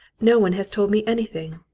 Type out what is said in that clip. no one has told me anything.